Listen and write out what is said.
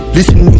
Listen